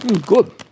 Good